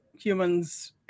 Humans